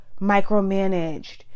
micromanaged